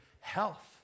health